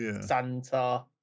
Santa